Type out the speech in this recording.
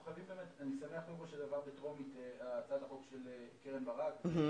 אני רואה שהצעת החוק של קרן ברק עברה בטרומית.